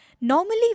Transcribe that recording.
Normally